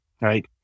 right